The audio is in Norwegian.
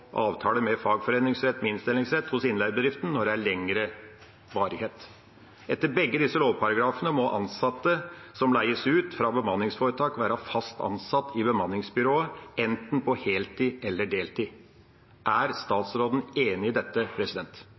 med fagforening med innstillingsrett hos innleiebedriften når det er lengre varighet. Etter begge disse lovparagrafene må ansatte som leies ut fra bemanningsforetak, være fast ansatt i bemanningsbyrået enten på heltid eller deltid. Er statsråden enig i dette?